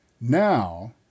Now